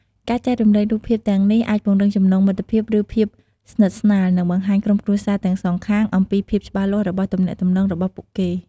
ការចែករំលែករូបភាពទាំងនេះអាចពង្រឹងចំណងមិត្តភាព ឬ ភាពស្និទ្ធស្នាល និងបង្ហាញក្រុមគ្រួសារទាំងសងខាង អំពីភាពច្បាស់លាស់របស់ទំនាក់ទំនងរបស់ពួកគេ។